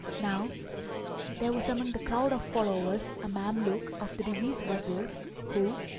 now there was among the crowd of followers a mameluke of the deceased wazir who,